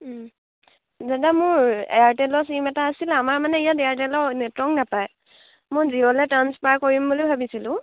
দাদা মোৰ এয়াৰটেলৰ চিম এটা আছিলে আমাৰ মানে ইয়াত এয়াৰটেলৰ নেটৱৰ্ক নাপায় মই জিঅ'লৈ ট্ৰেঞ্চফাৰ কৰিম বুলি ভাবিছিলোঁ